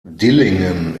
dillingen